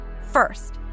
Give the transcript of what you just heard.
First